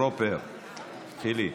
חילי.